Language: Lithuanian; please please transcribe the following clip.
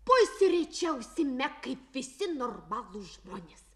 pusryčiausime kaip visi normalūs žmonės